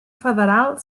federal